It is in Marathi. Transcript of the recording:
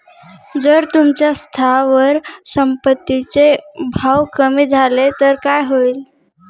जर तुमच्या स्थावर संपत्ती चे भाव कमी झाले तर काय होईल?